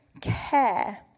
care